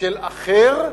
של אחר,